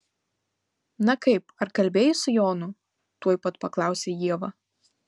na kaip ar kalbėjai su jonu tuoj pat paklausė ieva